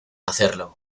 hacerlo